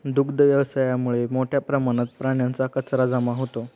दुग्ध व्यवसायामुळे मोठ्या प्रमाणात प्राण्यांचा कचरा जमा होतो